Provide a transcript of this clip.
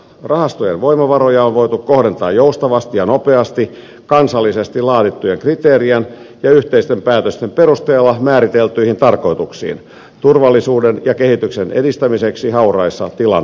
rahastojen voimavaroja on voitu kohdentaa joustavasti ja nopeasti kansallisesti laadittujen kriteerien ja yhteisten päätösten perusteella määriteltyihin tarkoituksiin turvallisuuden ja kehityksen edistämiseksi hauraissa tilanteissa